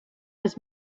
his